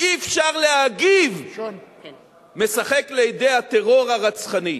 אי-אפשר להגיב, משחק לידי הטרור הרצחני.